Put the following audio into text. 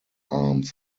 arms